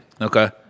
Okay